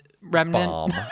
remnant